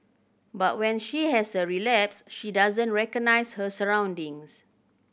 but when she has a relapse she doesn't recognise her surroundings